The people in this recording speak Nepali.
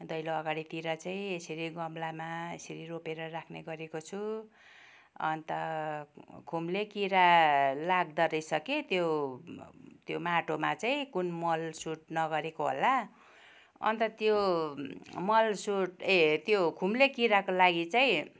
दैलो अगाडितिर चाहिँ यसरी गमलामा यसरी रोपेर राख्ने गरेको छु अन्त खुम्ले किरा लाग्दोरहेछ कि त्यो त्यो माटोमा चाहिँ कुन मल सुट नगरेको होला अन्त त्यो मल सुट ए त्यो खुम्ले किराको लागि चाहिँ